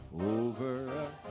Over